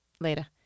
Later